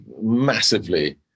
massively